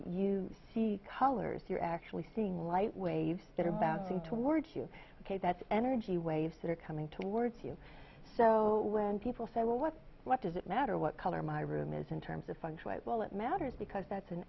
you see colors you're actually seeing light waves that are bouncing toward you ok that energy waves that are coming towards you so when people say well what what does it matter what color my room is in terms of fungi well it matters because that's an